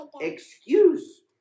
excuse